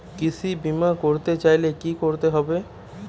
কৃষি বিমা করতে চাইলে কি করতে হবে?